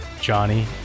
Johnny